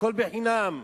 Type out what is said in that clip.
הכול בחינם,